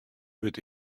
wurdt